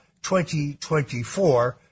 2024